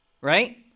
Right